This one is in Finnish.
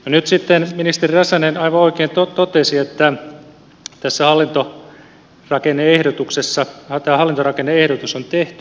nyt sitten ministeri räsänen aivan oikein totesi että tämä hallintorakenne ehdotus on tehty